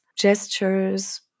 gestures